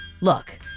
Look